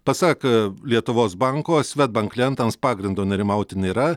pasaką lietuvos banko svedbank klientams pagrindo nerimauti nėra